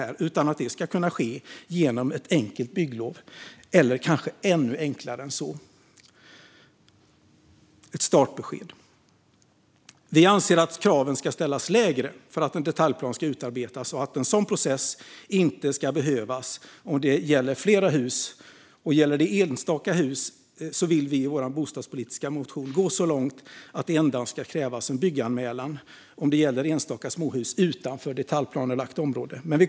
Enligt oss ska det kunna ske genom ett enkelt bygglov, eller kanske ännu enklare än så - genom ett startbesked. Vi anser att kraven ska ställas lägre för att en detaljplan ska utarbetas. Om det gäller flera hus ska en sådan process inte behövas. Gäller det enstaka hus går vi i vår bostadspolitiska motion så långt att vi vill att det endast ska krävas en bygganmälan om det gäller enstaka småhus utanför detaljplanelagt område.